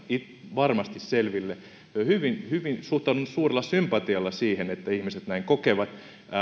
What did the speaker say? varmasti selväksi suhtaudun hyvin hyvin suurella sympatialla siihen että ihmiset näin kokevat